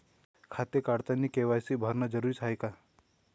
खातं काढतानी के.वाय.सी भरनं जरुरीच हाय का?